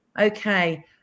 Okay